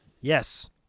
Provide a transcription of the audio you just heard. Yes